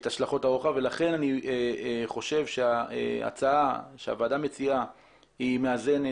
השלכות הרוחב ולכן אני חושב שההצעה שהוועדה מציעה מאזנת.